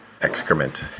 excrement